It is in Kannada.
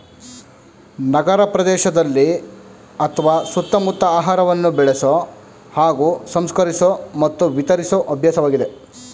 ನಗರಪ್ರದೇಶದಲ್ಲಿ ಅತ್ವ ಸುತ್ತಮುತ್ತ ಆಹಾರವನ್ನು ಬೆಳೆಸೊ ಹಾಗೂ ಸಂಸ್ಕರಿಸೊ ಮತ್ತು ವಿತರಿಸೊ ಅಭ್ಯಾಸವಾಗಿದೆ